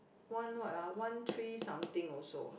one what ah one three something also